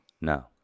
No